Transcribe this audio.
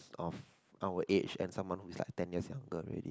of our age and someone who's like ten years younger already